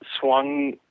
swung